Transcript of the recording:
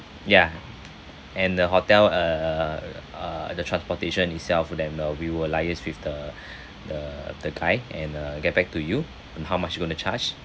ya and the hotel uh uh the transportation itself then uh we will liase with the the the guy and uh get back to you on how much gonna charge